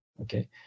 okay